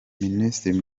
minisitiri